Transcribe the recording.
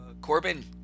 Corbin